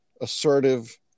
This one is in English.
assertive